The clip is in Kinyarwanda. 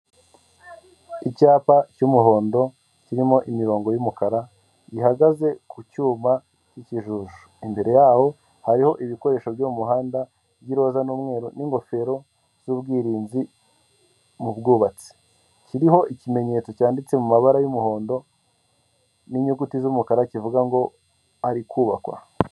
Icyapa cy'umuhondo kirimo imirongo y'umukara gihagaze ku cyuma cy'ikijuju, imbere yaho hariho ibikoresho byo mu muhanda by'iroza n'umweru n'ingofero z'ubwirinzi mu bwubatsi, kiriho ikimenyetso cyanditse mu mabara y'umuhondo n'inyuguti z'umukara kivuga ngo hari kubakwa.